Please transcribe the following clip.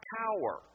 power